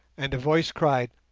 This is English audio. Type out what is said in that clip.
and a voice cried,